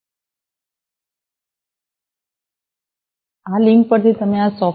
તેથી તમે આ ચોક્કસ લિંક પર ક્લિક કરી શકો છો અને તમને તેના પર લઈ જવામાં આવશે